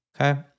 Okay